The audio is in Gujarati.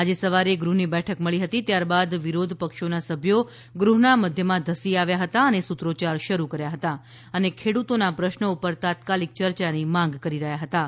આજે સવારે ગૃહની બેઠક મળી હતી ત્યારબાદ વિરોધ પક્ષોના સભ્યો ગૃહના મધ્યમાં ધસી ગયા હતા અને સૂત્રોચ્યાર શરૂ કર્યા હતા અને ખેડૂતોના પ્રશ્નો પર તાત્કાલિક ચર્ચાની માંગ કરી રહ્યાં હતાં